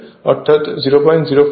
অর্থাৎ 004 হয়